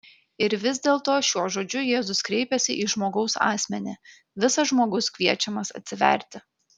ir vis dėlto šiuo žodžiu jėzus kreipiasi į žmogaus asmenį visas žmogus kviečiamas atsiverti